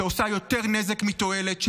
שעושה יותר נזק מתועלת.